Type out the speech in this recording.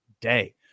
day